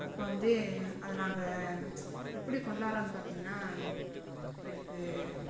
இப்போ வந்து அதை நாங்கள் எப்படி கொண்டாடுறோன் பார்த்திங்கன்னா எனக்கு